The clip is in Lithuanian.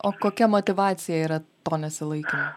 o kokia motyvacija yra to nesilaikymo